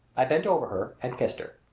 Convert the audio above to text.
i bent over her and kissed her.